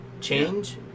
Change